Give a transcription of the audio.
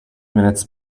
minutes